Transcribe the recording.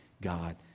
God